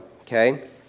okay